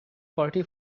party